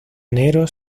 enero